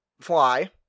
fly